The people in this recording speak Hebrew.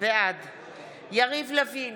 בעד יריב לוין,